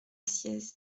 sciez